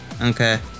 Okay